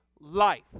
life